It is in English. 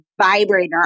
vibrator